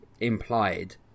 implied